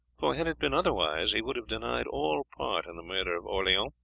for, had it been otherwise, he would have denied all part in the murder of orleans,